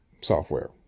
software